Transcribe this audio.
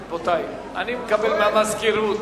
רבותי, אני מקבל מהמזכירות.